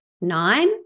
nine